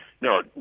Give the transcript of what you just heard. No